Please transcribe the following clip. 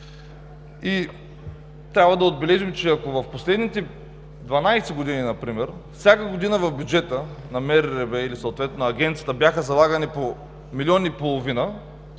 Трябва да отбележим, че ако в последните 12 години например всяка година в бюджета на МРРБ или съответно на Агенцията бяха залагани по 1,5 милиона,